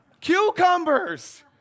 Cucumbers